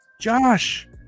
Josh